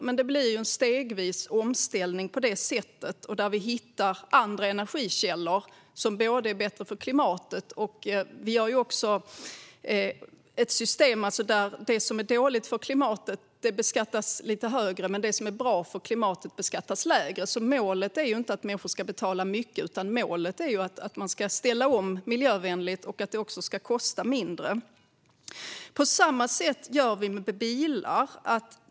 Men det blir en stegvis omställning på det sättet, och vi hittar andra energikällor som är bättre för klimatet. Vi har också ett system där det som är dåligt för klimatet beskattas lite mer, men det som är bra för klimatet beskattas lite mindre. Målet är alltså inte att människor ska betala mycket, utan målet är att vi ska ställa om miljövänligt och att det också ska kosta mindre. På samma sätt gör vi med bilar.